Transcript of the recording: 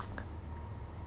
no lah I mean like